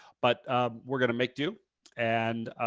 but ah we're gonna make do and